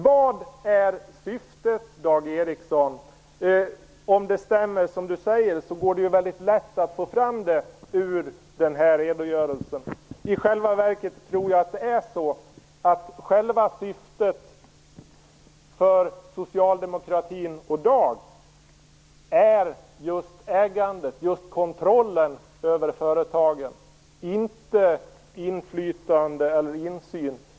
Vad är syftet, Dag Ericson? Om det stämmer som Dag Ericson säger, går det väldigt lätt att få fram det ur denna redogörelse. Jag tror att det i själva verket är så att syftet för socialdemokratin och Dag Ericson är just ägandet, just kontrollen över företagen, inte inflytande eller insyn.